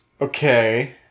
Okay